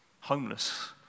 homeless